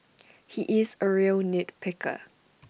he is A real nit picker